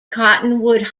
cottonwood